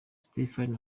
stephen